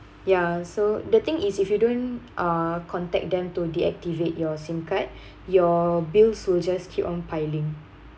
ya so the thing is if you don't uh contact them to deactivate your SIM card your bills will just keep on piling